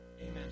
amen